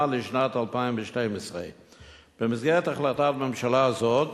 לשנת 2012. במסגרת החלטת ממשלה זאת